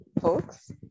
Folks